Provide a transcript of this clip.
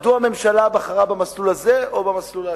מדוע הממשלה בחרה במסלול הזה או במסלול השני.